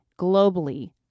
globally